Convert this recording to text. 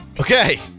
Okay